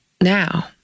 now